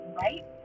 right